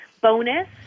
bonus